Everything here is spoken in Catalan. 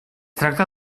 tracta